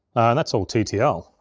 and that's all ttl.